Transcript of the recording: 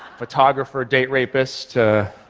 photographer date rapist,